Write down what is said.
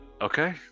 Okay